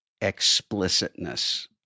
explicitness